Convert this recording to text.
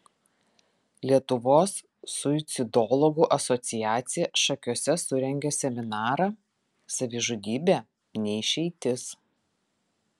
lietuvos suicidologų asociacija šakiuose surengė seminarą savižudybė ne išeitis